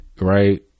right